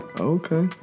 okay